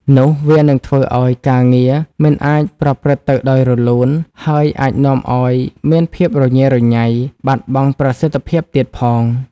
នោះវានឹងធ្វើឲ្យការងារមិនអាចប្រព្រឹត្តទៅដោយរលូន ហើយអាចនាំឲ្យមានភាពរញ៉េរញ៉ៃ បាត់បង់ប្រសិទ្ធភាពទៀតផង។